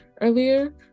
earlier